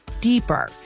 deeper